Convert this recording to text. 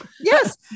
yes